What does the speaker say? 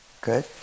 Good